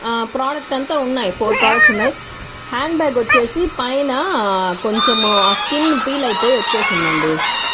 product అంతా ఉన్నాయి four products ఉన్నాయి హ్యాండ్ బ్యాగ్ వచ్చేసి పైన కొంచము ఆ స్కిన్ పీల్ అయిపోయి వచ్చేసిందండి